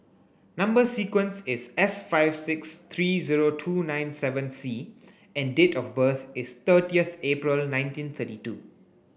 number sequence is S five six three zero two nine seven C and date of birth is thirtieth April nineteen thirty two